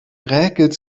räkelt